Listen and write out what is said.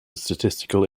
statistical